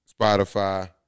Spotify